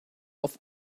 auf